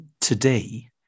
today